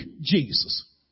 Jesus